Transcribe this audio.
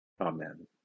Amen